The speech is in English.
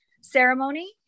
Ceremony